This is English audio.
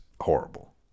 horrible